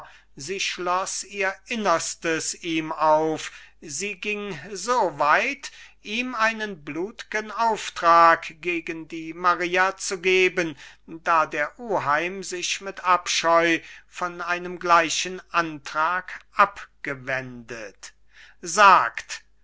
sie schloß ihr innerstes ihm auf sie ging so weit ihm einen blut'gen auftrag gegen die maria zu geben da der oheim sich mit abscheu von einem gleichen antrag abgewendet sagt